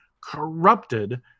corrupted